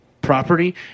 property